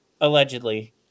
allegedly